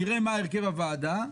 נראה מה הרכב הוועדה.